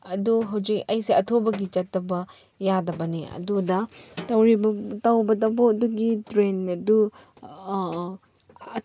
ꯑꯗꯨ ꯍꯧꯖꯤꯛ ꯑꯩꯁꯦ ꯑꯊꯨꯕꯒꯤ ꯆꯠꯇꯕ ꯌꯥꯗꯕꯅꯤ ꯑꯗꯨꯗ ꯇꯧꯔꯤꯕ ꯇꯧꯕꯇꯕꯨ ꯑꯗꯨꯒꯤ ꯇ꯭ꯔꯦꯟ ꯑꯗꯨ